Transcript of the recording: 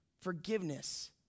forgiveness